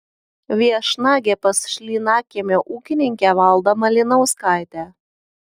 viešnagė pas šlynakiemio ūkininkę valdą malinauskaitę